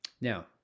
now